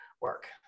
work